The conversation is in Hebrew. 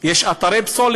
על כך, יש אתרי פסולת